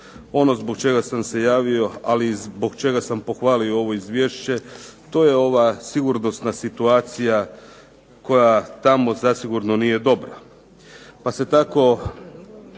ono zbog čega sam se javio ali i zbog čega sam pohvalio ovo izvješće to je ova sigurnosna situacija koja tamo zasigurno nije dobra pa se tako